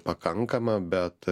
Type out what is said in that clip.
pakankama bet